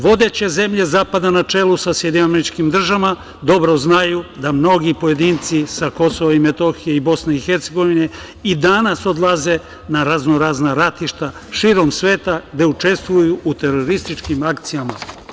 Vodeće zemlje zapada, na čelu sa SAD, dobro znaju da mnogi pojedinci sa Kosova i Metohije i Bosne i Hercegovine i danas odlaze na raznorazna ratišta širom sveta, gde učestvuju u terorističkim akcijama.